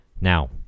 Now